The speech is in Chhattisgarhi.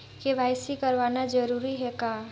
के.वाई.सी कराना जरूरी है का?